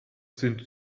sind